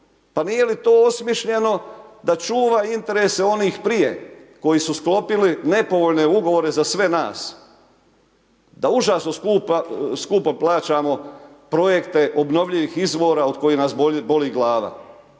Pa nije li to osmišljeno da čuva interese onih prije, koji su sklopili nepovoljne ugovore za sve nas. Da užasno skupo plaćamo projekte obnovljivih izvora od kojih nas boli glava.